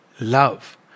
love